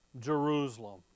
Jerusalem